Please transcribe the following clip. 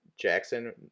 Jackson